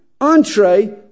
entree